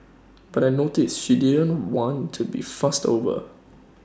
but I noticed she didn't want to be fussed over